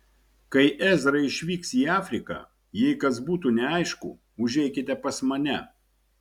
kai ezra išvyks į afriką jei kas būtų neaišku užeikite pas mane